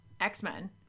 X-Men